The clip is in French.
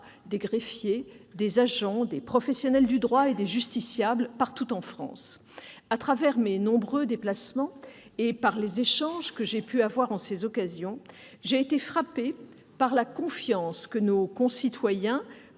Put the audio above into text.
des greffiers, des agents, des professionnels du droit et des justiciables, partout en France. Lors de mes nombreux déplacements et au travers des échanges que j'ai pu avoir en ces occasions, j'ai été frappée par la confiance que nos concitoyens